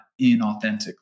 inauthentically